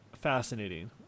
fascinating